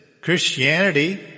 Christianity